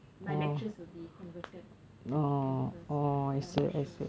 my lectures will be converted to campus but I'm not sure